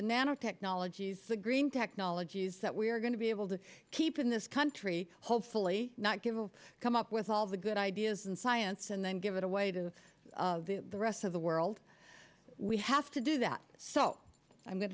nanotechnologies the green technologies that we are going to be able to keep in this country hopefully not given come up with all the good ideas and science and then give it away to the rest of the world we have to do that so i'm going